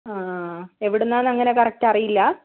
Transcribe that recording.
ആ ആ ആ എവിടുന്നാണ് അങ്ങനെ കറക്റ്റ് അറിയില്ല